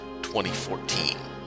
2014